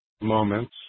moments